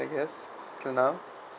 like yes for now